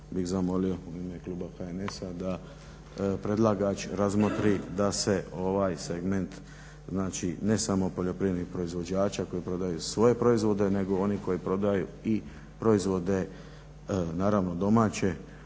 bih zamolio u ime Kluba HNS-a da predlagač razmotri da se ovaj segment znači ne samo poljoprivrednih proizvođača koji prodaju svoje proizvode nego oni koji prodaju i proizvode naravno domaće